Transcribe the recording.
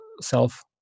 self